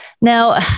Now